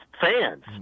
fans